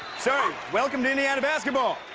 sorry, welcome to indiana basketball.